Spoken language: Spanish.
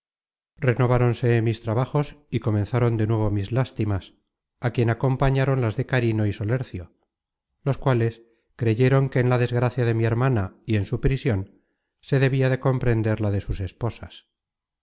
robado cosarios renováronse mis trabajos y comenzaron de nuevo mis lástimas á quien acompañaron las de carino y solercio los cuales creyeron que en la desgracia de mi hermana y en su prision se debia de comprender la de sus esposas